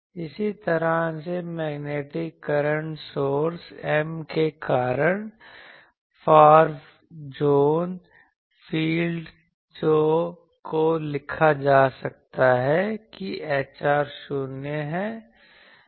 इसी तरह से मैग्नेटिक करंट सोर्स M के कारण फार जोन फील्ड को लिखा जा सकता है कि Hr 0 है